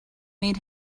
made